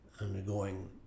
undergoing